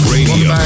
Radio